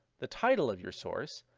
the title of your source,